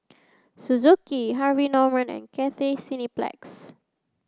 Suzuki Harvey Norman and Cathay Cineplex